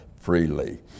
freely